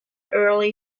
early